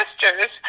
sisters